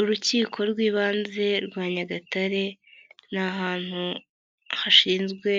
Urukiko rw'ibanze rwa Nyagatare ni ahantu hashinzwe